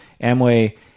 Amway